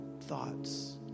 thoughts